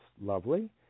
lovely